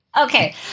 Okay